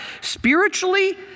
Spiritually